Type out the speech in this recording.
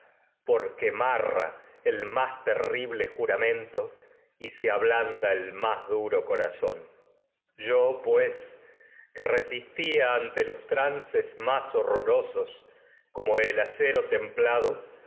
porque marra el más terrible juramento y ablanda el más se duro corazón y'o pues que resistía templa antes los trances más horrorosos como el acero